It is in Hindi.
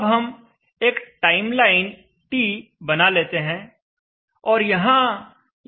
अब हम एक टाइमलाइन t बना लेते हैं और यहां ये टिक्स लगा देते हैं